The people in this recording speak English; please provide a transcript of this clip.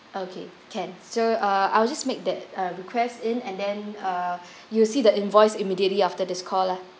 okay can so uh I'll just make that request in and then uh you see the invoice immediately after this call lah